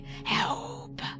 Help